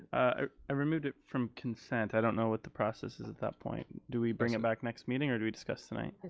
i i removed it from consent, i don't know what the process is at that point. do we bring it back next meeting or do we discuss it